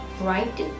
right